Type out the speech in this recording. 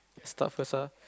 I start first ah